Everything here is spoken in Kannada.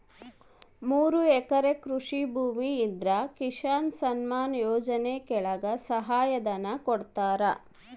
ಮೂರು ಎಕರೆ ಕೃಷಿ ಭೂಮಿ ಇದ್ರ ಕಿಸಾನ್ ಸನ್ಮಾನ್ ಯೋಜನೆ ಕೆಳಗ ಸಹಾಯ ಧನ ಕೊಡ್ತಾರ